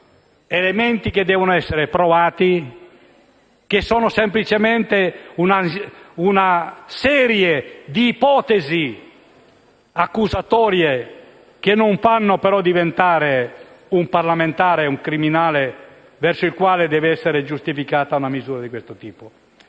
arresto, devono essere provati. Si tratta, semplicemente, di una serie di ipotesi accusatorie che non fanno però diventare un parlamentare un criminale verso cui deve essere giustificata una misura di questo tipo.